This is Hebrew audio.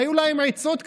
והיו להם עצות כרימון: